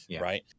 right